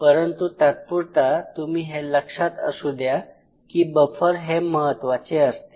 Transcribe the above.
परंतु तात्पुरता तुम्ही हे लक्षात असू द्या की बफर हे महत्त्वाचे असते